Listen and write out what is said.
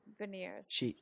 veneers